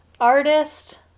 artist